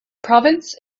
province